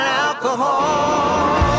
alcohol